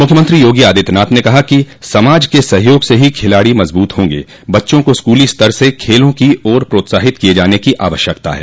मूख्यमंत्री योगी आदित्यनाथ ने कहा कि समाज के सहयोग से ही खिलाड़ी मजबूत होंगे बच्चों को स्कूली स्तर से खेलों की ओर प्रोत्साहित किये जाने की आवश्यकता है